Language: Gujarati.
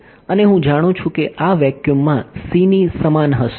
અને હું જાણું છું કે આ વેક્યૂમ માં c ની સમાન હશે